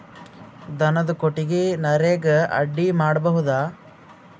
ದನದ ಕೊಟ್ಟಿಗಿ ನರೆಗಾ ಅಡಿ ಮಾಡಬಹುದಾ?